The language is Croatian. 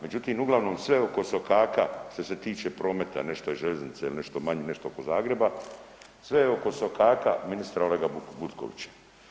Međutim, uglavnom sve oko sokaka što se tiče prometa, nešto i željeznice, il nešto manje, nešto oko Zagreba, sve je oko sokaka ministra Olega Butkovića.